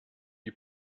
die